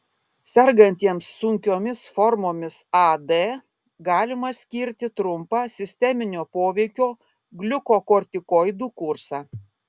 sergantiems sunkiomis formomis ad galima skirti trumpą sisteminio poveikio gliukokortikoidų kursą